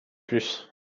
plus